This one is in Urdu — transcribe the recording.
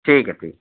ٹھیک ہے پھر